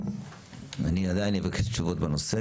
אני עדיין אבקש תשובות בנושא,